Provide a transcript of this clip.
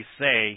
say